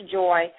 joy